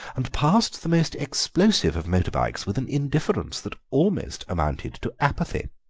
and passed the most explosive of motor-bikes with an indifference that almost amounted to apathy.